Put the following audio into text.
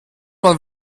man